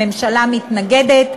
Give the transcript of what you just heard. הממשלה מתנגדת,